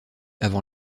avant